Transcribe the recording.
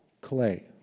Clay